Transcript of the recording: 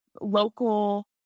local